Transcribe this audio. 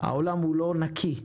העולם הוא לא נקי,